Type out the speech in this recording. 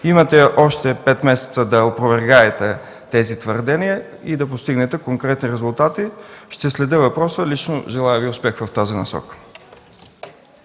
Имате още пет месеца, за да опровергаете тези твърдения и да постигнете конкретни резултати. Ще следя въпроса лично. Желая Ви успех в тази насока.